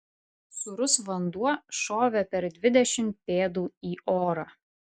sūrus vanduo šovė per dvidešimt pėdų į orą